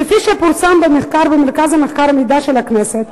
כפי שפורסם במחקר של מרכז המחקר והמידע של הכנסת,